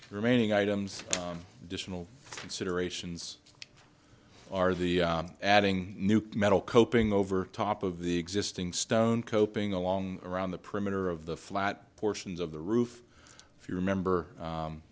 remaining items additional considerations are the adding new metal coping over top of the existing stone coping along around the perimeter of the flat portions of the roof if you remember